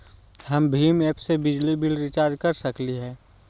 हम भीम ऐप से बिजली बिल रिचार्ज कर सकली हई?